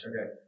Okay